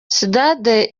stade